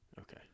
okay